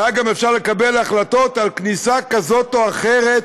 היה אפשר גם לקבל החלטות על כניסה כזאת או אחרת,